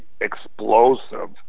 explosive